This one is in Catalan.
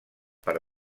per